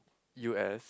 U_S